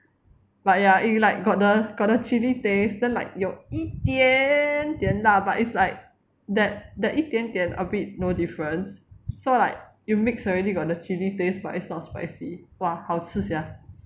but ya it like got the got the chilli taste then like 有一点点辣 but it's like that that 一点点 a bit no difference so like you mixed already got the chili taste but it's not spicy !wah! 好吃 sia